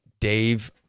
dave